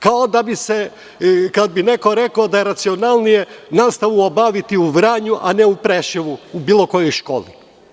Kao kada bi neko rekao da je racionalnije nastavu obaviti u Vranju, a ne u Preševu, u bilo kojoj školi.